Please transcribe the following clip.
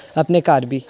अपने घर बी